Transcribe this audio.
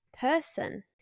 person